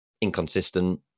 inconsistent